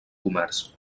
comerç